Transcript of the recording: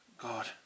God